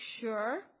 sure